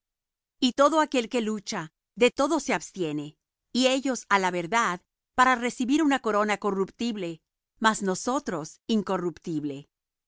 y todo aquel que lucha de todo se abstiene y ellos á la verdad para recibir una corona corruptible mas nosotros incorruptible